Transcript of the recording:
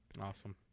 awesome